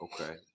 Okay